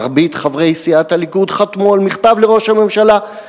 מרבית חברי סיעת הליכוד חתמו על מכתב לראש הממשלה,